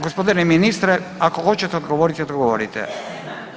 Gospodine ministre ako hoćete odgovoriti, odgovorite.